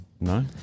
No